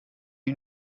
you